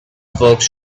folks